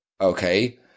okay